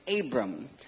Abram